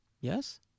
Yes